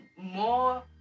more